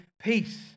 peace